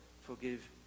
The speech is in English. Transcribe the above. forgive